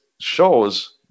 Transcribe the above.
shows